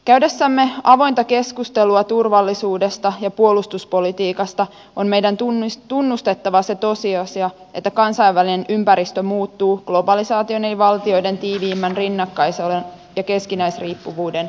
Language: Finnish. käydessämme avointa keskustelua turvallisuudesta ja puolustuspolitiikasta on meidän tunnustettava se tosiasia että kansainvälinen ympäristö muuttuu globalisaation eli valtioiden tiiviimmän rinnakkaiselon ja keskinäisriippuvuuden myötä